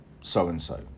so-and-so